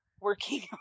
working